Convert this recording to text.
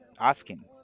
asking